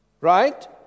Right